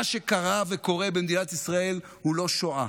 מה שקרה וקורה במדינת ישראל הוא לא שואה,